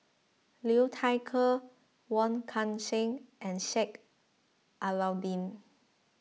Liu Thai Ker Wong Kan Seng and Sheik Alau'ddin